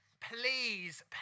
Please